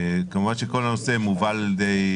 אנחנו ניתן למשרד הבריאות להציג את העמדה שלו ובזה נסיים את הדיון